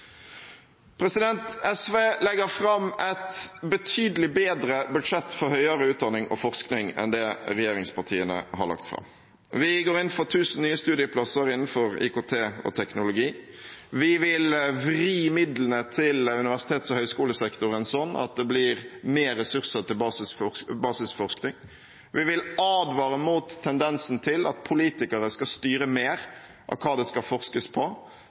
SV legger fram et betydelig bedre budsjett for høyere utdanning og forskning enn det regjeringspartiene har lagt fram. Vi går inn for 1 000 nye studieplasser innenfor IKT og teknologi. Vi vil vri midlene til universitets- og høyskolesektoren sånn at det blir mer ressurser til basisforskning. Vi vil advare mot tendensen til at politikere skal styre mer av hva det skal forskes på,